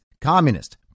communist